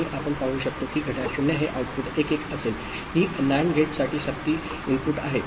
आणि आपण पाहू शकतो की घड्याळ 0 हे आउटपुट 1 1 असेल ही नॅन्ड गेटसाठी सक्ती इनपुट आहे